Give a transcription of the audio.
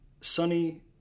sunny